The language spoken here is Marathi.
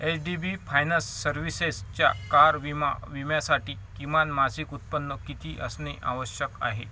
एच् डी बी फायनस सर्व्हिसेसच्या कार विमा विम्यासाठी किमान मासिक उत्पन्न किती असणे आवश्यक आहे